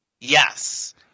Yes